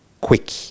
Quick